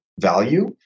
value